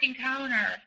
counter